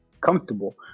comfortable